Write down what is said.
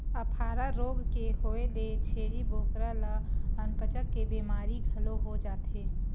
अफारा रोग के होए ले छेरी बोकरा ल अनपचक के बेमारी घलो हो जाथे